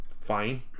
Fine